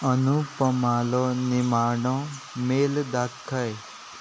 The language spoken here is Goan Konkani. अनुपमालो निमाणो मेल दाखय